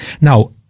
Now